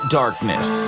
darkness